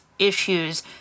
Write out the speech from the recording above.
issues